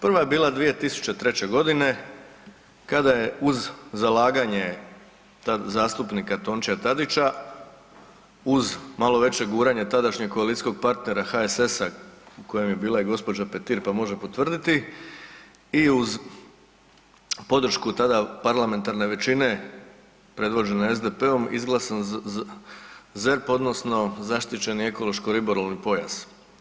Prva je bila 2003. g. kada je uz zalaganje tad zastupnika Tončija Tadića, uz malo veće guranje tadašnjeg koalicijskog partnera HSS-a u kojem je bila i gđa. Petir pa može potvrditi i uz podršku tada parlamentarne većine predvođene SDP-om, izglasan ZERP odnosno zaštićeni ekološko-ribolovni pojas.